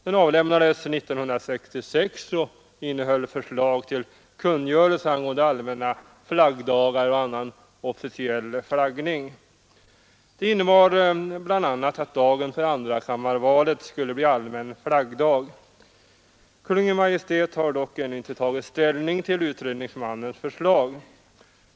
Den avlämnades 1966 och innehöll förslag till kungörelse angående allmänna flaggdagar och annan officiell flaggning. Det innebar bl.a. att dagen för andrakammarvalet skulle bli allmän flaggdag. Kungl. Maj:t har dock ännu inte tagit ställning till utredningsmannens förslag.